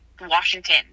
Washington